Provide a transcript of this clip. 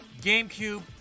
GameCube